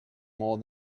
more